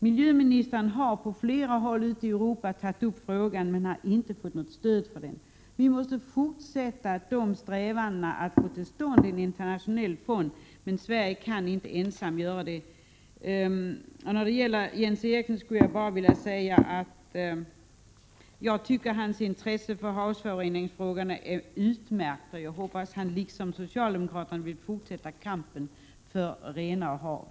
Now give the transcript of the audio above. Miljöministern har på flera håll i Europa tagit upp frågan utan att få stöd för den. Vi måste fortsätta strävandena att få till stånd en internationell fond, men Sverige kan inte ensam klara det. Jag tycker Jens Erikssons intresse för havsföroreningsfrågorna är utmärkt. Jag hoppas att han, liksom socialdemokraterna, vill fortsätta kampen för renare hav.